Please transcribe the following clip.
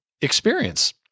experience